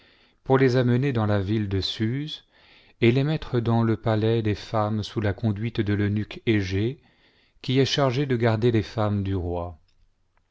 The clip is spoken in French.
pour les amener dans la ville de suse et les mettre dans le palais des femmes bous la conduite de l'eunuque egée qui est chargé de garder les femmes du roi